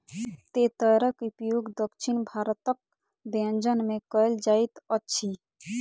तेतैरक उपयोग दक्षिण भारतक व्यंजन में कयल जाइत अछि